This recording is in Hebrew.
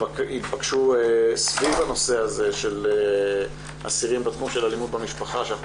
שהתבקשו סביב הנושא של אסירים בתחום של אלימות במשפחה שאנחנו